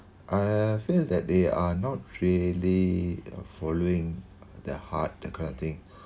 I feel that they are not really uh following their heart that kind of thing